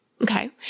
Okay